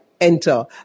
enter